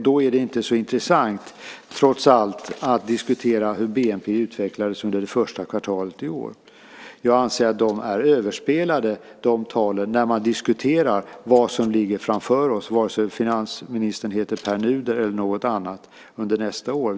Då är det inte så intressant trots allt att diskutera hur bnp utvecklades under det första kvartalet i år. Jag anser att de talen är överspelade när man diskuterar vad som ligger framför oss, vare sig finansministern heter Pär Nuder eller något annat under nästa år.